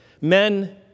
Men